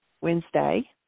Wednesday